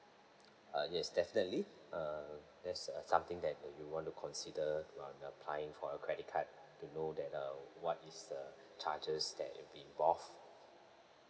uh yes definitely err that's a something that you want to consider when applying for a credit card to know that uh what is the charges that will be involved